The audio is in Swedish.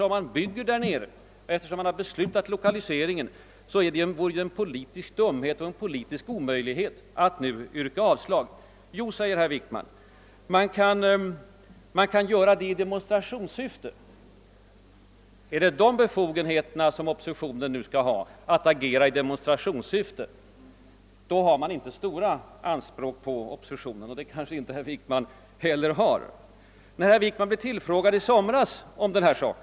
Man hade ju beslutat om lokaliseringen, och man byggde därnere. Då vore det en politisk dumhet och en politisk omöjlighet att nu yrka avslag. Ja, men man kan göra det »i demonstrationssyfte», säger herr Wickman. Är det de befogenheterna oppositionen nu skall ha, att agera »i demonstrationssyfte»? Då har man verkligen inte stora anspråk på oppositionen — och det har kanske inte heller herr Wickman. I somras tillfrågades herr Wickman om denna sak.